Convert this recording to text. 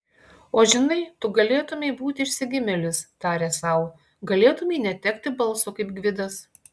o žinai tu galėtumei būti išsigimėlis tarė sau galėtumei netekti balso kaip gvidas